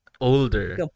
older